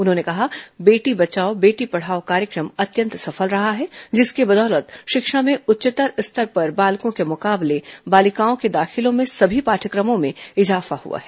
उन्होंने कहा कि बेटी बचाओ बेटी पढ़ाओ कार्यक्रम अत्यन्त सफल रहा है जिसकी बदौलत शिक्षा में उच्चतर स्तर पर बालकों के मुकाबले बालिकाओं के दाखिलों में सभी पाठ्यक्रमों में इजाफा हुआ है